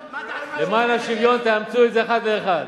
למען השוויון תאמצו את זה אחד לאחד.